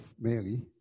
Mary